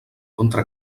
contra